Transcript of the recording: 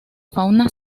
fauna